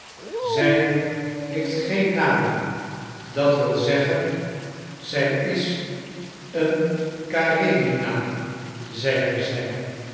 zij heeft geen naam dat wil zeggen zij is een karenina zeide zij